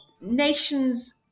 nations